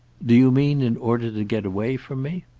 do you mean in order to get away from me?